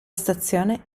stazione